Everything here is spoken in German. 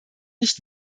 nicht